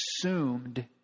assumed